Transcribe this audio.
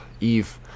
Eve